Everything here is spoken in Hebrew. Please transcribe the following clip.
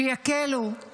שיקלו את